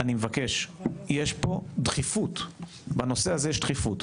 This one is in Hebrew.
אני מבקש יש פה דחיפות בנושא הזה יש דחיפות,